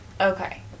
Okay